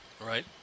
Right